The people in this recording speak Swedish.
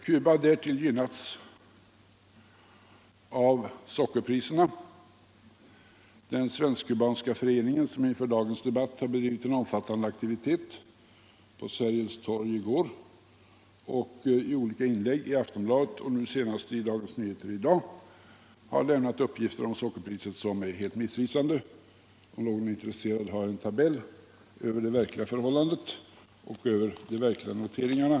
Cuba har därtill gynnats av sockerpriserna. Den svensk-kubanska Internationellt utvecklingssamar föreningen — som inför dagens debatt har bedrivit en omfattande aktivitet. på Sergels torg i går och i olika inlägg i Aftonbladet och nu senast i - dag I Dagens Nyheter — har lämnat uppgifter om sockerpriset som är helt missvisande. Om någon är intresserad av detta går det att ta del av en tabell som jag har över det verkliga förhållandet och de verkliga noteringarna.